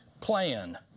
plan